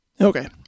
Okay